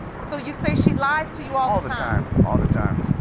so you say she lies to you all the time? all the time.